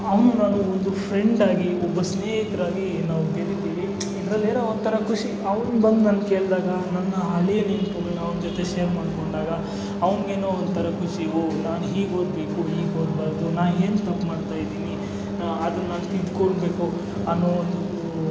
ಅವ್ನು ನನಗೊಂದು ಫ್ರೆಂಡಾಗಿ ಒಬ್ಬ ಸ್ನೇಹಿತರಾಗಿ ನಾವು ಬೆರೀತೀವಿ ಇದರಲ್ಲೇನೋ ಒಂಥರಾ ಖುಷಿ ಅವ್ನು ಬಂದು ನನ್ನ ಕೇಳಿದಾಗ ನನ್ನ ಹಳೆಯ ನೆನಪುಗಳು ಅವ್ನ ಜೊತೆ ಶೇರ್ ಮಾಡಿಕೊಂಡಾಗ ಅವನಿಗೇನೋ ಒಂಥರಾ ಖುಷಿ ನಾನು ಹೀಗೆ ಓದಬೇಕು ಹೀಗೆ ಓದಬಾರ್ದು ನಾನು ಏನು ತಪ್ಪು ಮಾಡ್ತಾಯಿದ್ದೀನಿ ಅದು ನಾನು ತಿದ್ಕೋಬೇಕು ನಾನು ಒಂದು